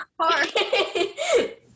hard